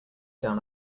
down